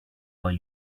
why